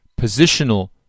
positional